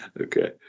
Okay